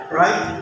right